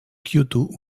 kyoto